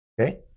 okay